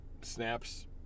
snaps